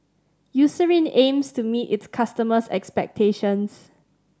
Eucerin aims to meet its customers' expectations